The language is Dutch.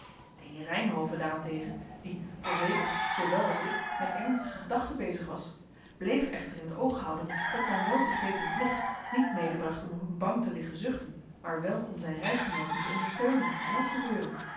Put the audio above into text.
de heer reynhove daarentegen die voorzeker zoowel als ik met ernstige gedachten bezig was bleef echter in het oog houden dat zijn welbegrepen plicht niet medebracht om op een bank te liggen zuchten maar wel om zijn reisgenooten te ondersteunen en op te beuren